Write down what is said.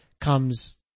comes